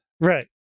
Right